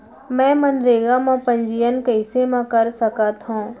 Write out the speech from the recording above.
मैं मनरेगा म पंजीयन कैसे म कर सकत हो?